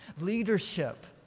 leadership